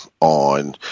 on